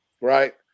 Right